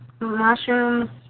mushrooms